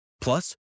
Plus